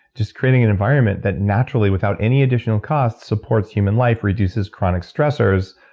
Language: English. just creating an environment that naturally, without any additional cost, supports human life, reduces chronic stressors,